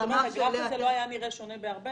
את אומרת שהגרף הזה לא היה נראה שונה בהרבה